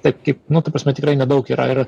tai kaip nu ta prasme tikrai nedaug yra ir